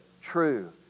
true